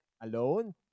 alone